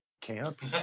Camp